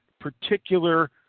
particular